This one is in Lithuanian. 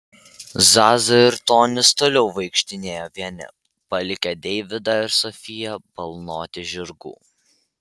zaza ir tonis toliau vaikštinėjo vieni palikę deividą ir sofiją balnoti žirgų